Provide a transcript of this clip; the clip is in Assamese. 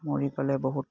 মৰি পেলাই বহুত